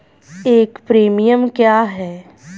एक प्रीमियम क्या है?